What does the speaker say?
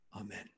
Amen